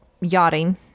yachting